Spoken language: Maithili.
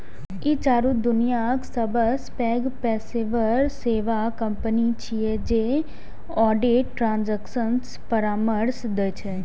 ई चारू दुनियाक सबसं पैघ पेशेवर सेवा कंपनी छियै जे ऑडिट, ट्रांजेक्शन परामर्श दै छै